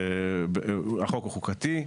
חוקתי,